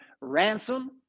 ransom